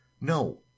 no